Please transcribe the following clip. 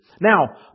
Now